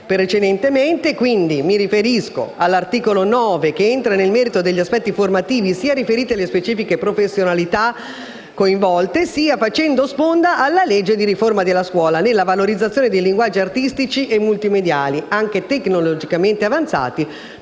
precedentemente, mi riferisco all'articolo 9, che entra nel merito degli aspetti formativi sia riferiti alle specifiche professionalità coinvolte sia facendo sponda alla legge di riforma della scuola nella valorizzazione di linguaggi artistici e multimediali anche tecnologicamente avanzati,